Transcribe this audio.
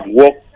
work